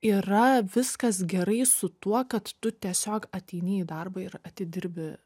yra viskas gerai su tuo kad tu tiesiog ateini į darbą ir atidirbi